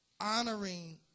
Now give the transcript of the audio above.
honoring